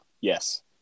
Yes